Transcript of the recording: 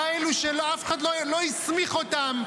כאלו שאף אחד לא הסמיך אותם,